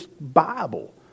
Bible